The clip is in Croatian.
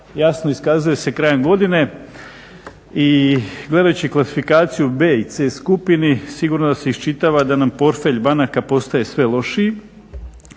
jasno iskazuje se krajem godine i gledajući klasifikaciju B i C skupine sigurno da se iščitava da nam portfelj banaka postaje sve lošiji.